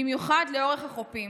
במיוחד לאורך החופים,